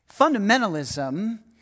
Fundamentalism